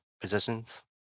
positions